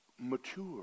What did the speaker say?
mature